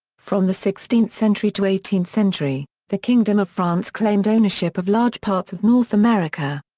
from the sixteenth century to eighteenth century, the kingdom of france claimed ownership of large parts of north america.